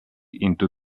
into